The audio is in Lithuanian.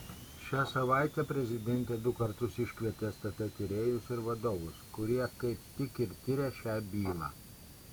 šią savaitę prezidentė du kartus iškvietė stt tyrėjus ir vadovus kurie kaip tik ir tirią šią bylą